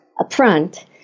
upfront